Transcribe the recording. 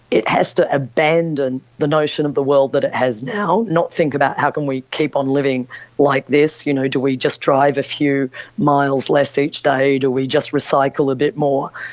it has to abandon the notion of the world that it has now, not think about how can we keep um living like this, you know do we just drive a few miles less each day, do we just recycle a bit more,